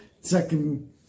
second